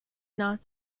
not